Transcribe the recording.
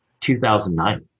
2009